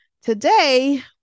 today